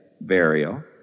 burial